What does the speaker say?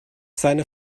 seine